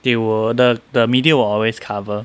they will the the media will always cover